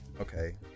okay